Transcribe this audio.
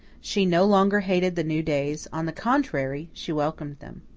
she no longer hated the new days on the contrary, she welcomed them.